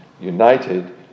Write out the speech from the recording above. united